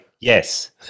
Yes